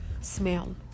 smell